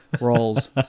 Rolls